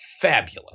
fabulous